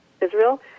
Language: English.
Israel